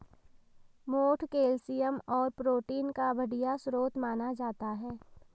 मोठ कैल्शियम और प्रोटीन का बढ़िया स्रोत माना जाता है